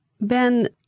Ben